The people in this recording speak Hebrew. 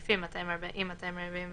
הסעיפים שעברנו עליהם עד עכשיו,